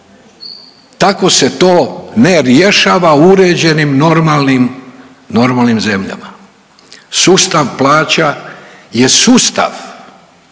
Tako se to ne rješava u uređenim normalnim zemljama. Sustav plaća je sustav,